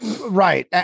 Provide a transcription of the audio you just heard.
Right